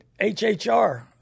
HHR